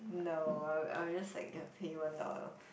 no I'm I'm just like a pay one dollar